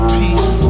peace